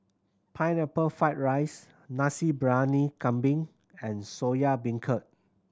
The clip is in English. Pineapple Fried rice Nasi Briyani Kambing and Soya Beancurd